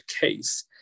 case